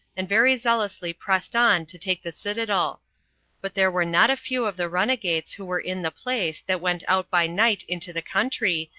and very zealously pressed on to take the citadel. but there were not a few of the runagates who were in the place that went out by night into the country,